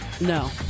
no